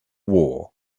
war